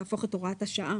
להפוך את הוראת השעה